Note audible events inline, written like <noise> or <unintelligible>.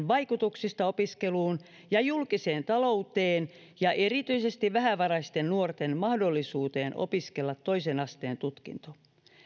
<unintelligible> vaikutuksista opiskeluun ja julkiseen talouteen ja erityisesti vähävaraisten nuorten mahdollisuuteen opiskella toisen asteen tutkinto